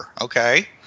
okay